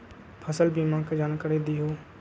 फसल बीमा के जानकारी दिअऊ?